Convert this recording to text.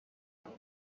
mrs